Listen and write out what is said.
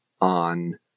on